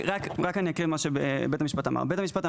אני רק אקריא את מה שבית המשפט המחוזי אמר,